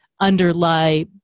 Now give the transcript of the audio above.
underlie